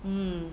mm